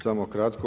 Samo kratko.